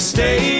Stay